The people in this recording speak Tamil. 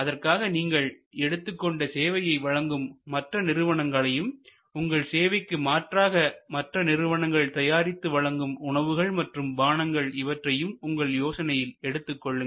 அதற்காக நீங்கள் எடுத்துக் கொண்ட சேவையை வழங்கும் மற்ற நிறுவனங்களையும் உங்கள் சேவைக்கு மாற்றாக மற்ற நிறுவனங்கள் தயாரித்து வழங்கும் உணவுகள் மற்றும் பானங்கள் இவற்றையும் உங்கள் யோசனையில் எடுத்துக் கொள்ளுங்கள்